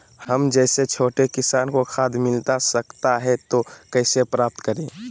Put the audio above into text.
हम जैसे छोटे किसान को खाद मिलता सकता है तो कैसे प्राप्त करें?